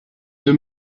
deux